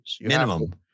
Minimum